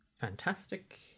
Fantastic